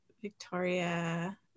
Victoria